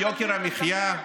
למען הורדת יוקר המחיה,